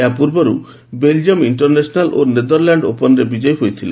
ଏହା ପୂର୍ବରୁ Belgium international ଓ ନେଦରଲାଣ୍ଡ ଓପନ୍ରେ ବିଜୟୀ ହୋଇଥିଲେ